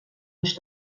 uns